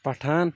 Pathan